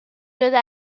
شده